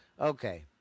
okay